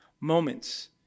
moments